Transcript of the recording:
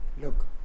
Look